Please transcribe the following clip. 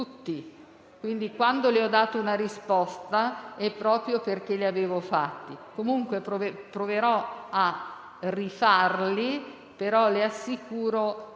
Quindi, quando le ho dato una risposta, è proprio perché li avevo fatti. Comunque, proverò a ripeterli. Le assicuro, però,